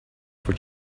for